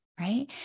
right